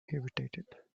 irritated